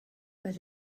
but